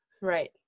right